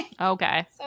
okay